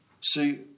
See